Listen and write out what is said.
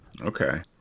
Okay